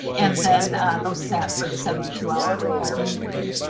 and then those sat for the seventy two hour requirement period.